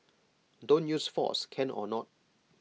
don't use force can or not